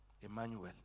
Emmanuel